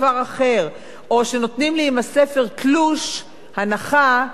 או שנותנים לי עם הספר תלוש הנחה ב"איקאה",